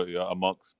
amongst –